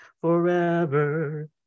forever